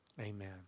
Amen